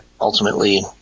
ultimately